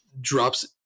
drops